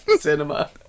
cinema